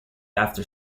after